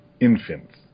infants